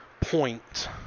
point